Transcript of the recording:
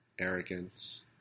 arrogance